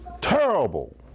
terrible